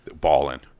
balling